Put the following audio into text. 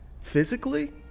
physically